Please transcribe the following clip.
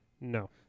No